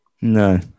No